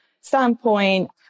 standpoint